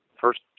first